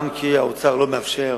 גם כי האוצר לא מאפשר